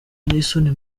n’isoni